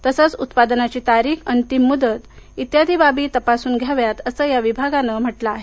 तसंच उत्पादनाची तारीख अंतीम मुदत इत्यादी बाबी तपासून घ्याव्यात असं या विभागानं म्हटलं आहे